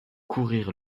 courir